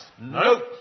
No